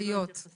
עבר